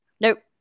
nope